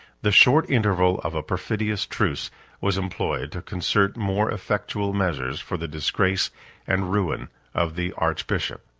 the short interval of a perfidious truce was employed to concert more effectual measures for the disgrace and ruin of the archbishop.